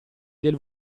del